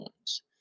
ones